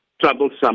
troublesome